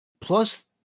Plus